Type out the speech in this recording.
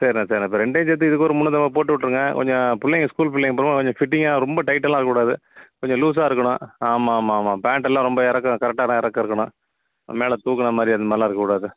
சரிண்ணா சரிண்ணா இப்போ ரெண்டையும் சேர்த்து இதுக்கு ஒரு முந்நூற்றம்பது போட்டு விட்ருங்க கொஞ்சம் பிள்ளைங்க ஸ்கூல் பிள்ளைங்க எப்பவும் கொஞ்சம் ஃபிட்டிங்காக ரொம்ப டைட்டெல்லாம் இருக்கக்கூடாது கொஞ்சம் லூசாக இருக்கணும் ஆமாம் ஆமாம் ஆமாம் பேண்ட்டெல்லாம் ரொம்ப இறக்கம் கரெக்டான இறக்கம் இருக்கணும் மேலே தூக்கின மாதிரி அந்த மாதிரிலாம் இருக்கக்கூடாது